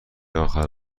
آخر